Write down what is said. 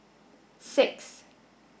six